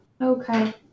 Okay